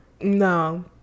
no